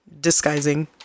disguising